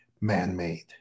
man-made